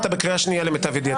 אתה בקריאה שנייה, למיטב ידיעתי.